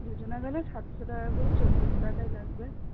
দুজনে গেলে সাতশো টাকা করে চোদ্দোশো টাকাই লাগবে